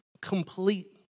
complete